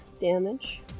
damage